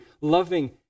loving